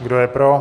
Kdo je pro?